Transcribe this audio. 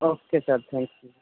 okay sir thank you